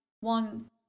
one